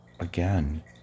Again